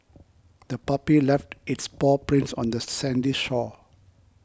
the puppy left its paw prints on the sandy shore